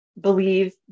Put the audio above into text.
believe